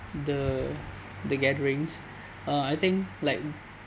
the the gatherings uh I think like